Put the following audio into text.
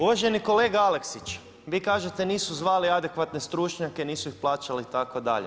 Uvaženi kolega Aleksić, vi kažete nisu zvali adekvatne stručnjake, nisu ih plaćali itd.